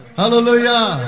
Hallelujah